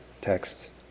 texts